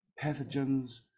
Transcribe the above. pathogens